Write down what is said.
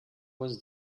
was